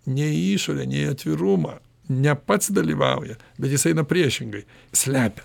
nei į išorę ne į atvirumą ne pats dalyvauja bet jis eina priešingai slepia